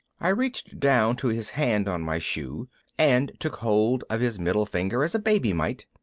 i reached down to his hand on my shoe and took hold of his middle finger as a baby might.